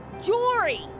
Jory